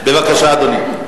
בבקשה, אדוני.